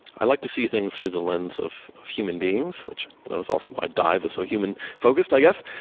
i'd like to see things through the lens of of human beings, which you know is also my dive as a so human focused, i guess.